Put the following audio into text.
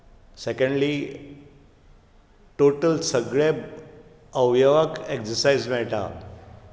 secondly total सगळ्यां अवयवांक exercise मेळटा